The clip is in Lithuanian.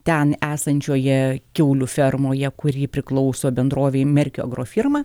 ten esančioje kiaulių fermoje kuri priklauso bendrovei merkio agrofirma